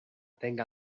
tenga